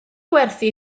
gwerthu